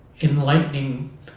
enlightening